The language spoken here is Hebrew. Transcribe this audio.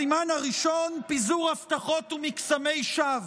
הסימן הראשון, פיזור ההבטחות ומקסמי שווא.